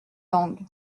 langue